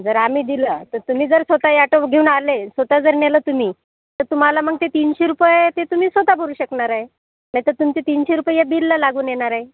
जर आम्ही दिलं तर तुम्ही जर स्वत ॲटो घेऊन आले स्वत जर नेलं तुम्ही तर तुम्हाला मग ते तीनशे रुपये ते तुम्ही स्वत भरू शकणार आहे नाहीतर तुमचे तीनशे रुपये ह्या बिलला लागून येणार आहे